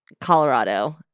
colorado